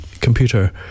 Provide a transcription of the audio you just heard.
computer